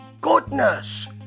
goodness